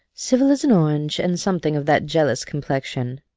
civil as an orange, and something of that jealous complexion.